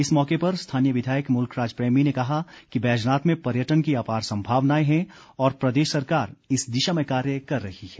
इस मौके पर स्थानीय विधायक मुल्ख राज प्रेमी ने कहा कि वैजनाथ में पर्यटन की आपार संभावनाएं है और प्रदेश सरकार इस दिशा में कार्य कर रही है